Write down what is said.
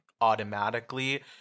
automatically